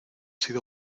sido